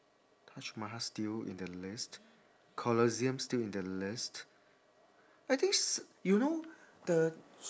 taj mahal still in the list colosseum still in the list I think s~ you know the